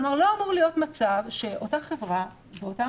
כלומר לא אמור להיות מצב שאותה חברה באותם